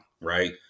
Right